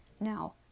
Now